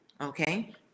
okay